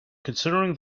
considering